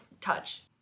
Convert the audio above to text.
touch